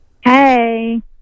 Hey